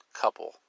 couple